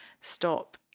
stop